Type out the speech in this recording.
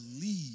leave